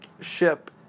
ship